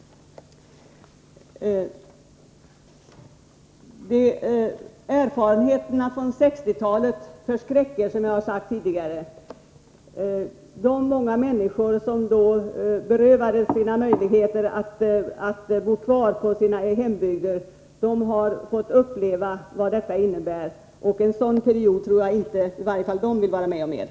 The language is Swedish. Erfarenheterna från 60-talet förskräcker, sade jag tidigare. De många människor som då berövades möjligheterna att bo kvar i sina hembygder har fått uppleva vad detta innebär. En sådan period tror jag inte att i varje fall de vill vara med om igen.